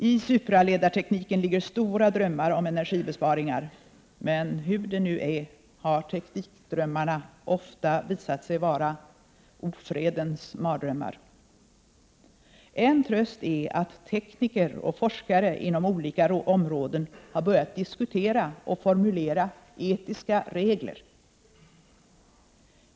I supraledartekniken ligger stora drömmar om energibesparingar, men hur det nu är har teknikdrömmarna ofta visat sig vara ofredens mardrömmar. En tröst är att tekniker och forskare inom olika områden har börjat diskutera och formulera etiska regler.